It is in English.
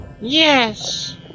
Yes